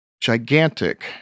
gigantic